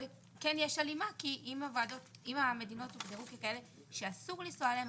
אבל כן יש הלימה כי אם המדינות הוגדרו ככאלה שאסור לנסוע אליהן,